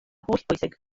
hollbwysig